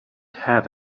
have